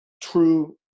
true